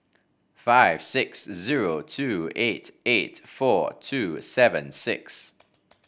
five six zero two eight eight four two seven six